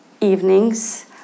evenings